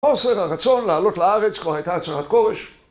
חוסר הרצון להעלות לארץ, כלומר הייתה הצהרת כורש